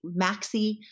maxi